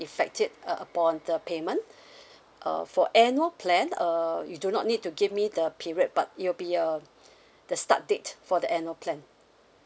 effect it uh upon the payment uh for annual plan uh you do not need to give me the period but it'll be um the start date for the annual plan